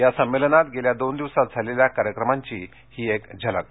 या संमेलनात गेल्या दोन दिवसात झालेल्या कार्यक्रमांची ही एक झलक